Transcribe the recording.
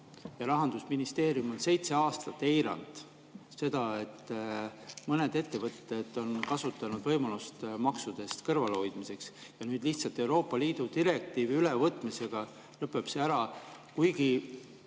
ja Rahandusministeerium on seitse aastat eiranud seda, et mõned ettevõtted on kasutanud võimalust maksudest kõrvale hoida, ja nüüd lihtsalt Euroopa Liidu direktiivi ülevõtmisega lõpeb see ära? Kuigi